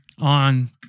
on